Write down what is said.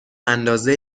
اندازه